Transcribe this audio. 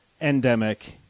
Endemic